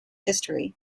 history